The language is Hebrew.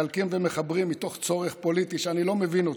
מחלקים ומחברים מתוך צורך פוליטי שאני לא מבין אותו.